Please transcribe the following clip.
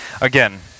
Again